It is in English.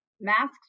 masks